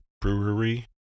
brewery